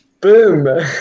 boom